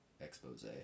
expose